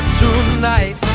tonight